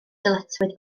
dyletswydd